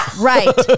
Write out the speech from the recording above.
right